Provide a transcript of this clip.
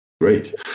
Great